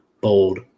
bold